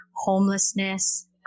homelessness